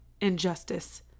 injustice